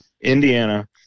Indiana